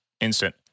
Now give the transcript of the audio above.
instant